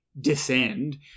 descend